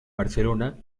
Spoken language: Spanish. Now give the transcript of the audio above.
barcelona